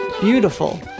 beautiful